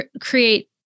create